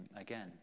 again